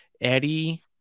eddie